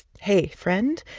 hey, friend,